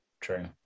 True